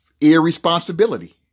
irresponsibility